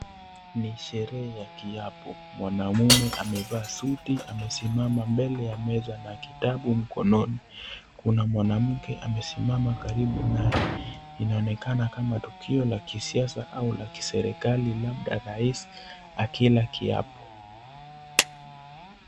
Ni sherehe ya kiapo, mwanamume amevaa suti amesimama mbele ya meza na kitabu mkononi. Kuna mwanamke amesimama karibu naye. Inaonekana kama tukio la kisiasa au la kiserikali labda rais akila kiapo.